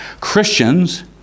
Christians